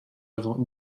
œuvre